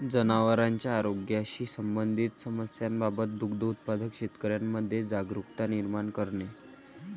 जनावरांच्या आरोग्याशी संबंधित समस्यांबाबत दुग्ध उत्पादक शेतकऱ्यांमध्ये जागरुकता निर्माण करणे